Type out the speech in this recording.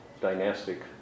dynastic